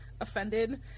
offended